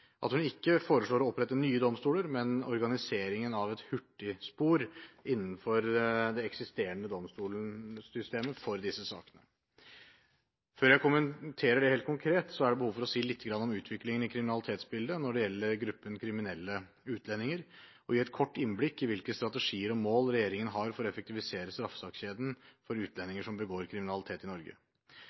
at hun ikke foreslår å opprette nye domstoler, men organisering av et hurtigspor innenfor det eksisterende domstolssystemet for disse sakene. Før jeg kommenterer det helt konkret, har jeg behov for å si litt om utviklingen i kriminalitetsbildet når det gjelder gruppen kriminelle utlendinger, og gi et kort innblikk i hvilke strategier og mål regjeringen har for å effektivisere straffesakskjeden for utlendinger som begår kriminalitet i Norge.